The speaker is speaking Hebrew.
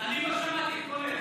אני לא שמעתי את קולך,